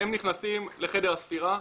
הם נכנסים לחדר הספירה.